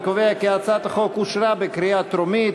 אני קובע כי הצעת החוק אושרה בקריאה טרומית,